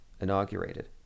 inaugurated